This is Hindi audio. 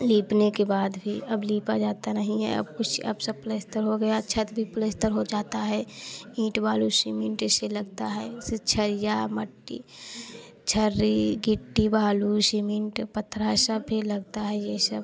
लीपने के बाद भी अब लीपा जाता नहीं हैं अब कुछ अब सब प्लसतर हो गया छत भी प्लसतर हो जाता है ईंट बालू सीमेंट इसे लगता है फ़िर झरिया मिट्टी झरिय गिट्ट बालू सीमेंट पथरा सब भी लगता है यह सब